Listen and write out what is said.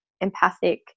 empathic